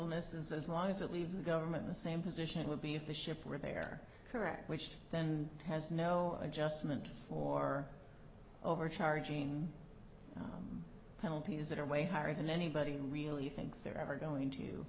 eness is as long as it leaves the government the same position would be if the ship were there correct which then has no adjustment for overcharging penalties that are way higher than anybody really thinks they're ever going to